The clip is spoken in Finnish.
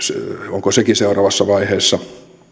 onko sekin seuraavassa vaiheessa